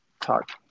talk